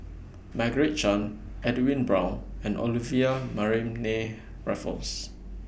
Margaret Chan Edwin Brown and Olivia Mariamne Raffles